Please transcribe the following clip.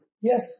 Yes